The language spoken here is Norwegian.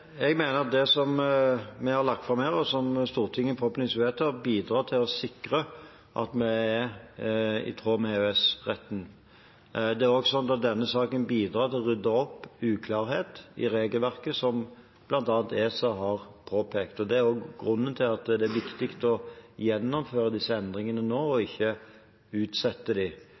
Jeg mener at det vi har lagt fram her, og som Stortinget forhåpentligvis vedtar, bidrar til å sikre at vi er i tråd med EØS-retten. Denne saken bidrar til å rydde opp uklarhet i regelverket som bl.a. ESA har påpekt. Det er også grunnen til at det er viktig å gjennomføre disse endringene nå, og ikke utsette